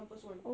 compass one